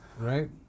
Right